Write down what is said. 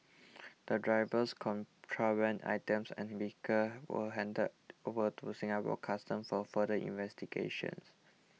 the drivers contraband items and vehicles were handed over to Singapore Customs for further investigations